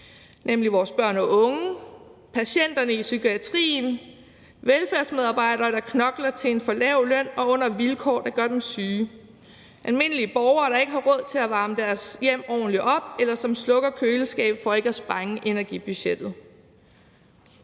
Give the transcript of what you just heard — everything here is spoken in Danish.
nemlig vores børn og unge, patienterne i psykiatrien, velfærdsmedarbejdere, der knokler til en for lav løn og under vilkår, der gør dem syge. Og almindelige borgere, der ikke har råd til at varme deres hjem ordentligt op, eller som slukker køleskabet for ikke at sprænge energibudgettet.